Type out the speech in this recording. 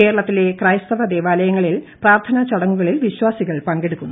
കേരളത്തിലെ ക്രൈസ്തവ ദേവാലയങ്ങളിൽ പ്രാർത്ഥനാ ചടങ്ങുകളിൽ വിശ്വാസികൾ പങ്കെടുക്കുന്നു